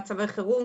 החירום,